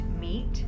meat